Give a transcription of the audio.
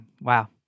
Wow